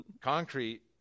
concrete